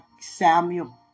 Samuel